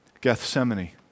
Gethsemane